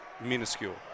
minuscule